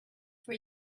for